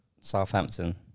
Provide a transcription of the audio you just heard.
Southampton